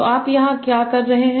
तो आप यहाँ क्या कर रहे हैं